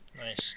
Nice